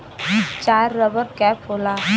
चार rubber cap होला